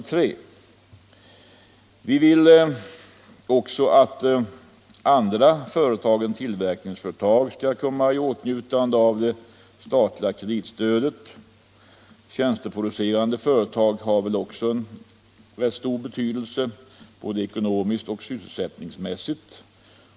Vi moderater vill också att andra företag än tillverkningsföretag skall komma i åtnjutande av det statliga kreditstödet. Tjänsteproducerande företag har väl också stor betydelse såväl ekonomiskt som sysselsättningsmässigt.